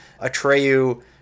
Atreyu